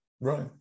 Right